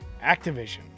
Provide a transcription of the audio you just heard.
Activision